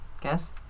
guess